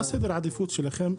מהם סדרי העדיפות שלכם?